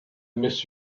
miss